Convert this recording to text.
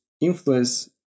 influence